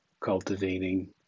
cultivating